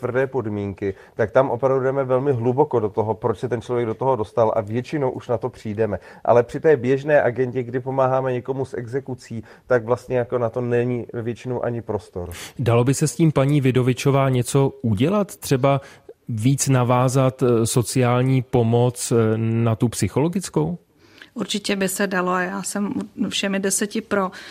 tvrdé podmínky, tak tam opravdu jdeme velmi hluboko do toho, proč se ten člověk do toho dostal a většinou už na to přijdeme. Ale při té běžné agendě, kdy pomáháme někomu s exekucí, tak vlastně jako na to není většinou ani prostor. Dalo by se s tím, paní Vidovičová, něco udělat? Třeba víc navázat, eh, sociální pomoc, eh, na tu psychologickou? Určitě by se dalo a já jsem u- všemi 10 pro.